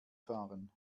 fahren